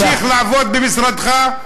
ממשיך לעבוד במשרדך?